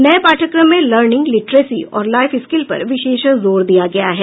नये पाठ्यक्रम में लर्निंग लिट्रेसी और लाईफ स्किल पर विशेष जोर दिया गया है